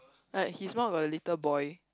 like he's one of a little boy